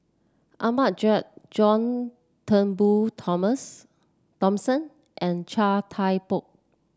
Ahmad Jais John Turnbull Toms Thomson and Chia Thye Poh